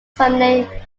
some